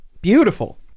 Beautiful